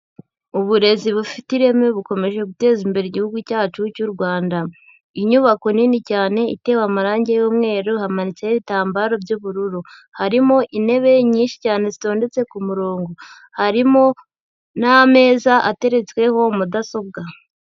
Uburezi bufite ireme bukomeje guteza imbere igihugu cyacu cy'u Rwanda. Inyubako nini cyane itewe amarangi y'umweru, hamanitseho ibitambaro by'ubururu. Harimo intebe nyinshi cyane zitondetse ku murongo. Harimo n'ameza ateretsweho mudasobwa.